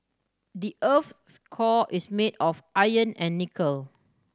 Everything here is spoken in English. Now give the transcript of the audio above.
the core is made of iron and nickel